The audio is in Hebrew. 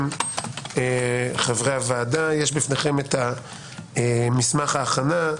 חברי הוועדה, יש לפניכם מסמך הכנה.